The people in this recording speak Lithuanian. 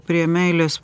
prie meilės